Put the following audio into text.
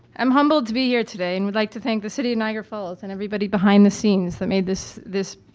i'm humbled to be here today, and would like to thank the city of niagara falls and everybody behind the scenes that made this this